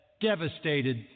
devastated